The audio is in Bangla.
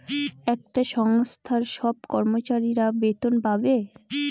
একটা সংস্থার সব কর্মচারীরা বেতন পাবে